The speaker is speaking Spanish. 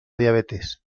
diabetes